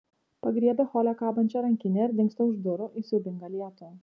pagriebia hole kabančią rankinę ir dingsta už durų į siaubingą lietų